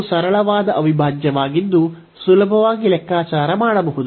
ಇದು ಸರಳವಾದ ಅವಿಭಾಜ್ಯವಾಗಿದ್ದು ಸುಲಭವಾಗಿ ಲೆಕ್ಕಾಚಾರ ಮಾಡಬಹುದು